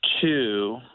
two